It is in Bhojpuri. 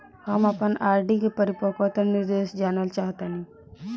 हम आपन आर.डी के परिपक्वता निर्देश जानल चाहत बानी